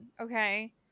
Okay